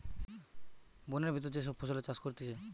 বোনের ভিতর যে সব ফসলের চাষ করতিছে